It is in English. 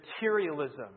materialism